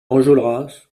enjolras